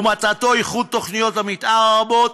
ומטרתו איחוד תוכניות המתאר הרבות,